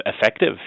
effective